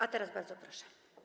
A teraz bardzo proszę.